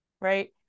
right